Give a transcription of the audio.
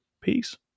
Peace